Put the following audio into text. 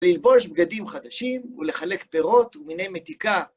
ללבוש בגדים חדשים ולחלק פירות ומיני מתיקה.